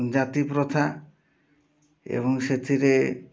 ଜାତିପ୍ରଥା ଏବଂ ସେଥିରେ